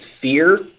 fear